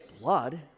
blood